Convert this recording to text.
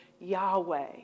Yahweh